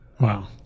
Wow